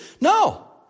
No